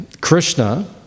Krishna